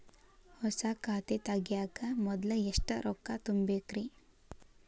ಹೊಸಾ ಖಾತೆ ತಗ್ಯಾಕ ಮೊದ್ಲ ಎಷ್ಟ ರೊಕ್ಕಾ ತುಂಬೇಕ್ರಿ?